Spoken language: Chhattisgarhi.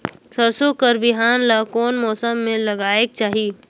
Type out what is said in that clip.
सरसो कर बिहान ला कोन मौसम मे लगायेक चाही?